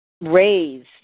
raised